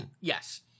Yes